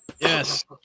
Yes